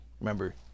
Remember